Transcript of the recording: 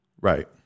Right